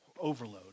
overload